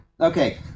okay